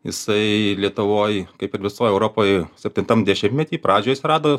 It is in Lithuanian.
jisai lietuvoj kaip ir visoj europoj septintam dešimtmety pradžioj atsirado